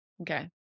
Okay